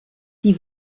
die